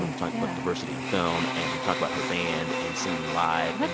um talk about diversity in film. and we talk about her band and singing live.